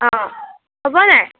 অঁ হ'ব নাই